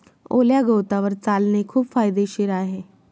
ओल्या गवतावर चालणे खूप फायदेशीर आहे